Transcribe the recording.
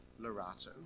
Lorato